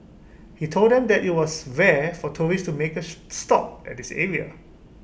he told them that IT was rare for tourists to make A stop at this area